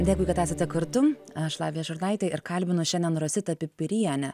dėkui kad esate kartu aš lavija šurnaitė ir kalbinu šiandien rositą pipirienę